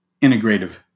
integrative